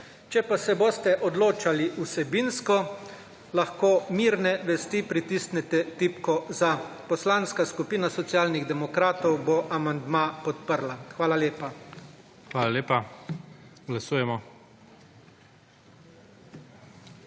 Če pa se boste odločali vsebinsko lahko mirne vesti pritisnete tipko za. Poslanska skupina Socialnih demokratov bo amandma podprla. Hvala lepa. **PREDSEDNIK